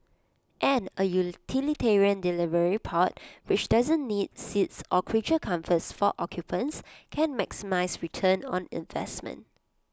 and A utilitarian delivery pod which doesn't need seats or creature comforts for occupants can maximise return on investment